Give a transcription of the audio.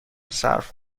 صرف